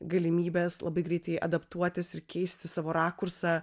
galimybes labai greitai adaptuotis ir keisti savo rakursą